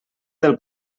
del